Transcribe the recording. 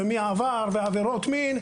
על עבירות מין.